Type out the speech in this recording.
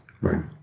Right